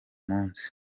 munsi